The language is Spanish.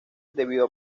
debido